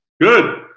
Good